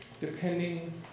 depending